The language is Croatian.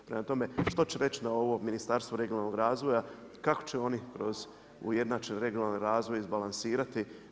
Prema tome, što će reći na ovo Ministarstvo regionalnog razvoja, kako će oni kroz ujednačen regionalni razvoj izbalansirati?